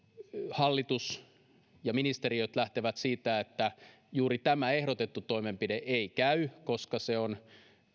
hallitus ja ministeriöt lähtevät siitä että juuri tämä ehdotettu toimenpide ei käy koska automaattinen oleskeluluvan peruminen on